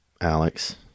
Alex